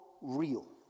real